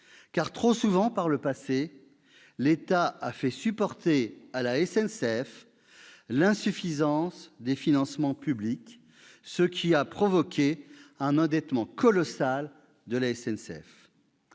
Trop souvent, par le passé, l'État a fait supporter à la SNCF l'insuffisance des financements publics, ce qui a provoqué un endettement colossal de cette